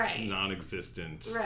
non-existent